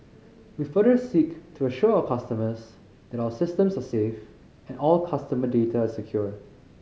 we further seek to assure our customers that our systems are safe and all customer data is secure